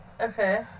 Okay